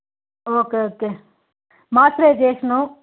okay okay moisturisation